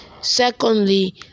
Secondly